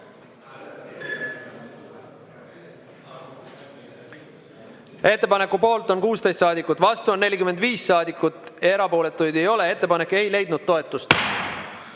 Ettepaneku poolt on 16 saadikut, vastu oli 45 saadikut, erapooletuid ei ole. Ettepanek ei leidnud